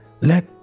let